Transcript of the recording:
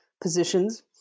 positions